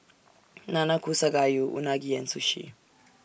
Nanakusa Gayu Unagi and Sushi